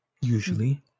usually